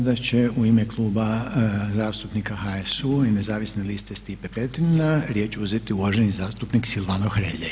Sada će u ime Kluba zastupnika HSU i Nezavisne liste Stipe Petrina riječ uzeti uvaženi zastupnik Silvano Hrelja.